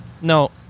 No